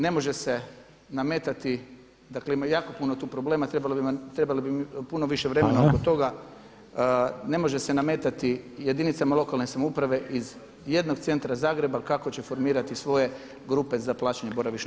Ne može se nametati dakle ima jako puno tu problema, trebalo bi mi puno više vremena oko toga [[Upadica Reiner: Hvala.]] ne može se nametati jedinica lokalne samouprave iz jednog centra Zagreba kako će formirati svoje grupe za plaćanje boravišne pristojbe.